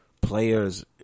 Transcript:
players